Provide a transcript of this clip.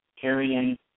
carrying